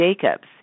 Jacobs